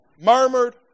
murmured